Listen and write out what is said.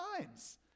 times